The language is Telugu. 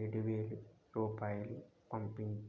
ఏడు వేల రూపాయిలు పంపించుము